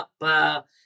up